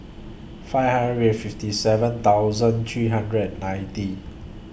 five hundred We Have fifty seven thousand three hundred and ninety